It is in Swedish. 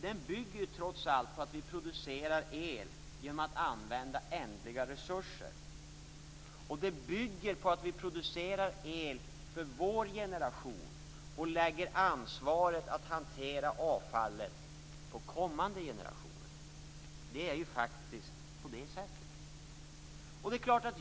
Den bygger trots allt på att vi producerar el genom att använda ändliga resurser. Den bygger också på att vi producerar el för vår generation, och lägger ansvaret för att hantera avfallet på kommande generationer. Det är faktiskt på det sättet.